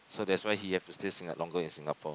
so that's why he have to stay Singa~ longer in Singapore